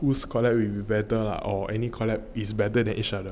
whose collab will be better lah or any collab is better than each other